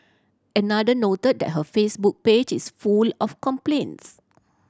another noted that her Facebook page is full of complaints